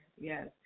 yes